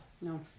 No